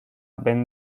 van